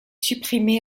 supprimé